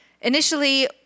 Initially